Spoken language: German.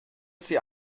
sie